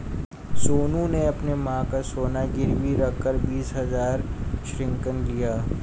सोनू ने अपनी मां का सोना गिरवी रखकर बीस हजार ऋण लिया